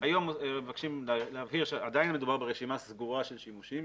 היום מבקשים להבהיר שעדיין מדובר ברשימה סגורה של שימושים.